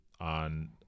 on